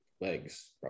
legs